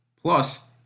Plus